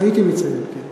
הייתי מציין, כן.